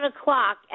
o'clock